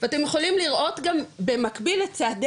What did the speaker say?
ואתם יכולים לראות גם במקביל את צעדי